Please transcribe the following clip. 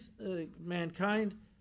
mankind